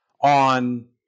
on